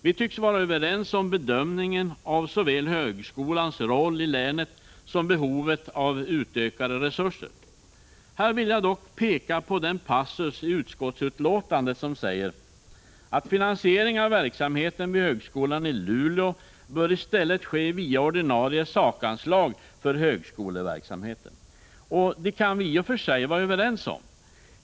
Vi tycks vara överens om bedömningen av såväl högskolans roll i länet som behovet av utökade resurser. Här vill jag dock peka på den passus i utskottsbetänkandet där det sägs följande: ”Finansiering av verksamheten vid högskolan i Luleå bör i stället ske via ordinarie sakanslag för högskoleverksamheten.” Detta kan vi i och för sig vara överens om.